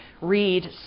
read